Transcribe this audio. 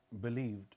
believed